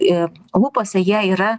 ir lūpose jie yra